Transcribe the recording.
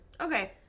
Okay